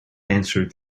answered